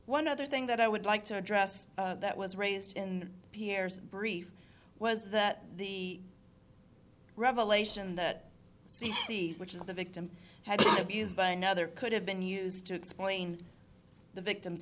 one other thing that i would like to address that was raised in pierre's brief was that the revelation that the which of the victim had been abused by another could have been used to explain the victim